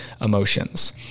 emotions